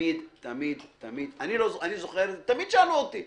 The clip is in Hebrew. אני זוכר, תמיד שאלו אותי.